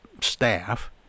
staff